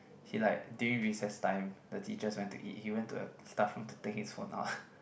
he like during recess time the teachers went to eat he went to a staff room to take his phone out